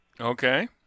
Okay